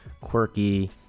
quirky